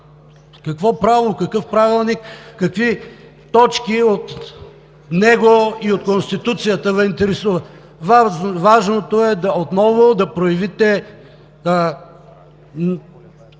Какво право, какъв Правилник, какви точки от него и от Конституцията не Ви интересува? Важното е отново да проявите